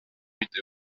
mitte